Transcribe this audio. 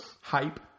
hype